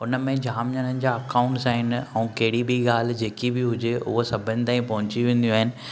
हुनमें जाम ॼणणु जा अकाउंटस आहिनि ऐं कहिड़ी बि ॻाल्हि जेकी बि हुजे हूअ सभिनि तांई पहुंची वेंदियूं आहिनि